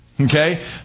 okay